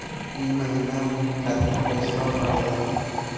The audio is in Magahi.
ई महीना मे कतना पैसवा बढ़लेया?